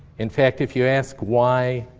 in fact, if you ask why